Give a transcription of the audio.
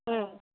ம்